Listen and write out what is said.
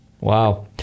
Wow